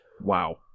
wow